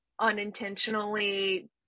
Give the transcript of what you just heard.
unintentionally